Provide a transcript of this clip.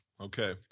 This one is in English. okay